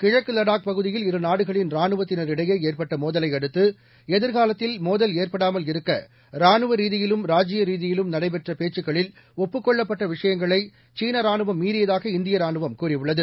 கிழக்கு லடாக் பகுதியில் இரு நாடுகளின் ராணுவத்தினரிடையே ஏற்பட்ட மோதலை அடுத்து எதிர்காலத்தில் மோதல் ஏற்படாமல் இருக்க ராணுவ ரீதியிலும் ராஜ்ய ரீதியிலும் நடைபெற்ற பேச்கக்களில் ஒப்புக் கொள்ளப்பட்ட விஷயங்களை சீன ராணுவம் மீறியதாக இந்திய ராணுவம் கூறியுள்ளது